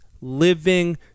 living